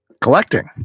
Collecting